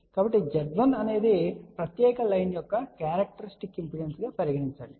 కాబట్టి Z1 అనునది ప్రత్యేక లైన్ యొక్క క్యారెక్టరిస్టిక్ ఇంపిడెన్స్ గా పరిగణించండి